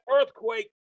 earthquake